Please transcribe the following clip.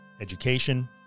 education